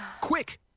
Quick